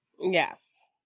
yes